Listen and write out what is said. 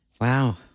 Wow